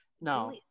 No